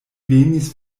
venis